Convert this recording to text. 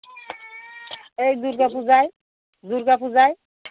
এই দুর্গা পূজায় দুর্গা পূজায়